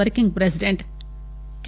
working president K